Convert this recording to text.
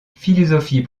philosophie